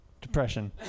Depression